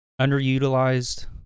underutilized